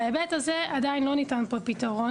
בהיבט הזה עדיין לא ניתן פה פתרון,